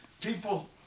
people